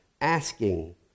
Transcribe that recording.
asking